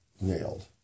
nailed